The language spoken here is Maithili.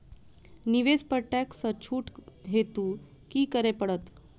निवेश पर टैक्स सँ छुट हेतु की करै पड़त?